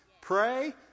pray